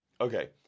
Okay